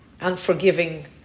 unforgiving